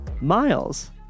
Miles